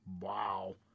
Wow